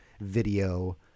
video